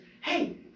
hey